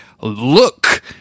look